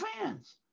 fans